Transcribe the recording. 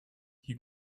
you